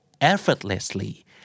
effortlessly